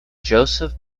joseph